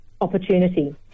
opportunity